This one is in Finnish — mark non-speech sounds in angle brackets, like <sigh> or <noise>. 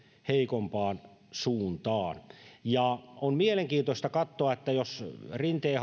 heikompaan suuntaan on mielenkiintoista katsoa miten käy jos rinteen <unintelligible>